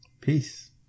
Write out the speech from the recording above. Peace